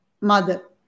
mother